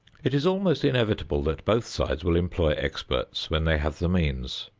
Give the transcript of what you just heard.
it is almost inevitable that both sides will employ experts when they have the means.